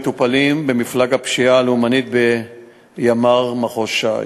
מטופלים במפלג הפשיעה הלאומנית בימ"ר מחוז ש"י,